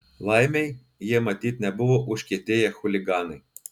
laimei jie matyt nebuvo užkietėję chuliganai